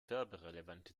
werberelevante